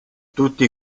tutti